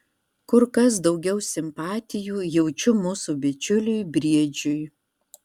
kur kas daugiau simpatijų jaučiu mūsų bičiuliui briedžiui